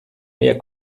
mehr